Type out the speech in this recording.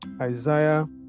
Isaiah